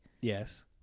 Yes